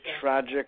tragic